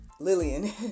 Lillian